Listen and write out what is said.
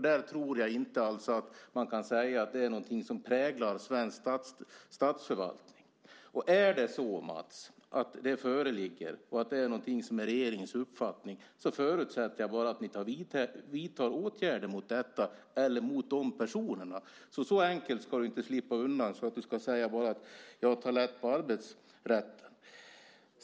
Där tror jag alltså inte att man kan säga att det är någonting som präglar svensk statsförvaltning. Är det så, Mats, att detta föreligger och att det är regeringens uppfattning förutsätter jag bara att ni vidtar åtgärder mot det eller mot de personerna. Så enkelt ska du inte slippa undan att du bara kan säga att jag tar lätt på arbetsrätten.